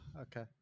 okay